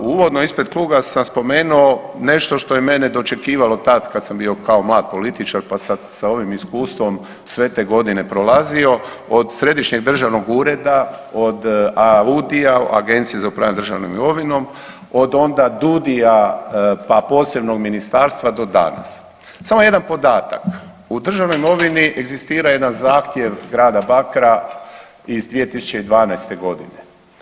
Uvodno ispred kluba sam spomenuo nešto što je mene dočekivalo tad kad sam bio kao mlad političar pa sad sa ovim iskustvom sve te godine prolazio od središnjeg državnog ureda, od AUDI-a Agencije za upravljanje državnom imovinom, od onda DUDI-a pa posebnog ministarstva do danas samo jedan podatak, u državnoj imovini egzistira jedan zahtjev grada Bakra iz 2012. godine.